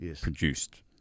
Produced